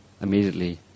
Immediately